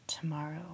Tomorrow